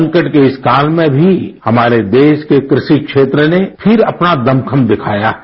संकट के इस काल में भी हमारे देश के कृषि क्षेत्र ने फिर अपना दमखम दिखाया है